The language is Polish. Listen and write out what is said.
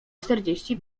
czterdzieści